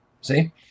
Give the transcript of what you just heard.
see